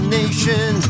nation